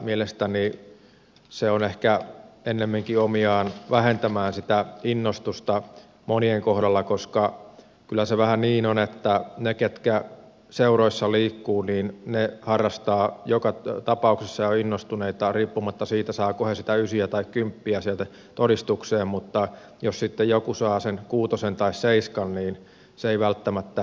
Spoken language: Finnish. mielestäni se on ehkä ennemminkin omiaan vähentämään sitä innostusta monien kohdalla koska kyllä se vähän niin on että ne jotka seuroissa liikkuvat harrastavat joka tapauksessa ja ovat innostuneita riippumatta siitä saavatko he sitä ysiä tai kymppiä sieltä todistukseen mutta jos sitten joku saa sen kuutosen tai seiskan niin se ei välttämättä innosta